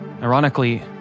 Ironically